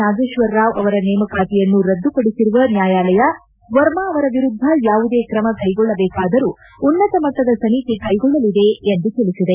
ನಾಗೇಶ್ವರರಾವ್ ಅವರ ನೇಮಕಾತಿಯನ್ನು ರದ್ಗುಪಡಿಸಿರುವ ನ್ನಾಯಾಲಯ ವರ್ಮಾ ಅವರ ವಿರುದ್ದ ಯಾವುದೇ ಕ್ರಮ ಕೈಗೊಳ್ಳಬೇಕಾದರೂ ಉನ್ನತ ಮಟ್ಲದ ಸಮಿತಿ ಕೈಗೊಳ್ಳಲಿದೆ ಎಂದು ತಿಳಿಸಿದೆ